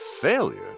failure